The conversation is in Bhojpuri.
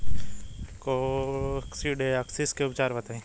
कोक्सीडायोसिस के उपचार बताई?